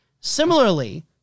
Similarly